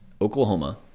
Oklahoma